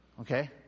Okay